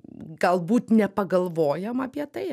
galbūt nepagalvojam apie tai